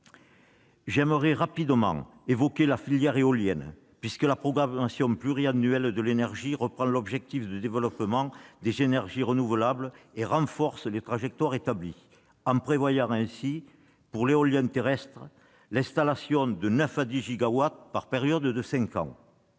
J'aimerais évoquer rapidement la filière éolienne, puisque la programmation pluriannuelle de l'énergie reprend l'objectif de développement des énergies renouvelables et renforce les trajectoires établies, en prévoyant ainsi, pour l'éolien terrestre, l'installation de 9 à 10 gigawatts par période de cinq ans.